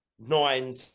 nine